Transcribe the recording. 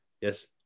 Yes